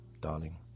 darling